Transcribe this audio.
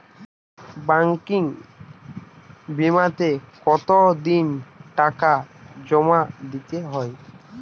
Banking বিমাতে কত দিন টাকা জমা দিতে হয়?